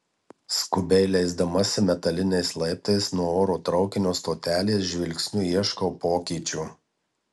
skubiai leisdamasi metaliniais laiptais nuo oro traukinio stotelės žvilgsniu ieškau pokyčių